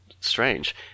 strange